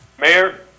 Mayor